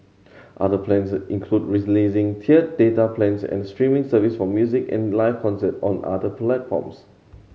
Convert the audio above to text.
other plans include releasing tiered data plans and a streaming service for music and live concerts on other platforms